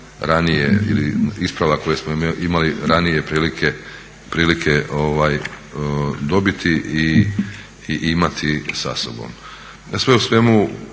isprava koje smo imali ranije prilike dobiti i imati sa sobom.